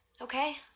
Okay